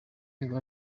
bwa